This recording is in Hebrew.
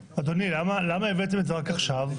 אדוני, למה הבאתם את זה רק עכשיו?